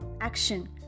Action